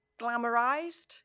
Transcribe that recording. glamorized